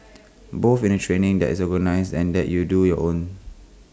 both in the training that is organised and that you do on your own